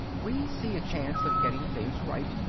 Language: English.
we see a chance of getting things right,